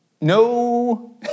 No